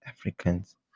Africans